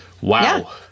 Wow